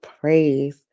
praise